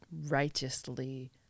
righteously